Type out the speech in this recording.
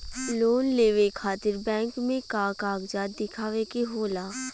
Loan लेवे खातिर bank मे का कागजात दिखावे के होला?